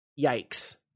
yikes